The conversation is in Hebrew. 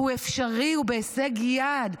הוא אפשרי, הוא בהישג יד.